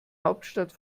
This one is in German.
hauptstadt